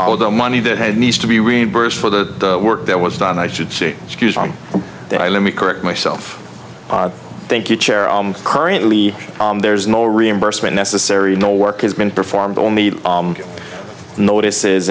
of the money that had needs to be reimbursed for the work that was done i should say excuse me i let me correct myself thank you chair currently there is no reimbursement necessary no work has been performed on the notices